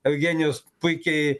eugenijus puikiai